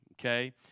okay